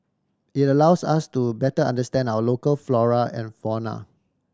it allows us to better understand our local flora and fauna